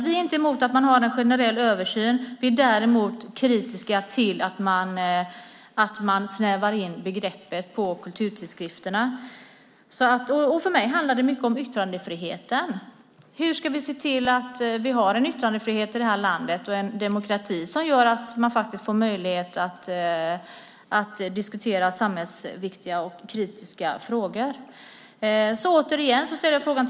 Vi är inte emot en generell översyn, men vi är kritiska till att man snävar in begreppet kulturtidskrift. Det handlar om yttrandefriheten. Hur ska vi se till att vi har en yttrandefrihet och demokrati som gör att man har möjlighet att diskutera samhällsviktiga och samhällskritiska frågor?